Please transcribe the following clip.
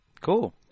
Cool